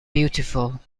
beautiful